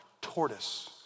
tortoise